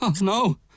no